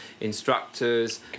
instructors